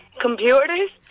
computers